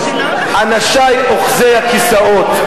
אנָשַי אוחזי הכיסאות,